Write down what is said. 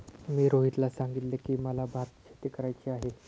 मी रोहितला सांगितले की, मला भातशेती करायची आहे